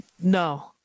no